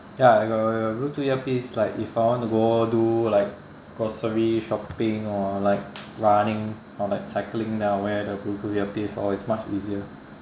ya I got a bluetooth earpiece like if I want to do like grocery shopping or like running or like cycling then I'll wear the bluetooth earpiece orh it's much easier